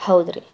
ಹೌದು ರಿ